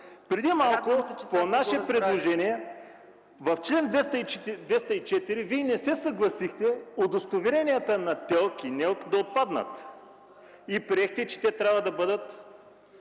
ТЕРЗИЙСКИ: По наше предложение в чл. 204 Вие не се съгласихте удостоверенията на ТЕЛК и НЕЛК да отпаднат и приехте, че те трябва да бъдат